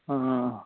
ਹਾਂ